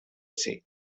said